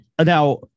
Now